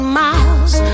miles